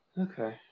Okay